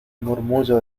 murmullo